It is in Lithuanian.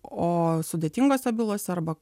o sudėtingose bylose arba